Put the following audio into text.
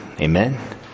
Amen